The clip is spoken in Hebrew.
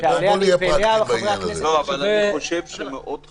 אני חושב שמאוד חשוב,